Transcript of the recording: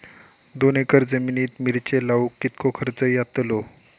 दोन एकर जमिनीत मिरचे लाऊक कितको खर्च यातलो?